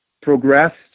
progressed